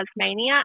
Tasmania